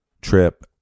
trip